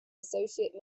associate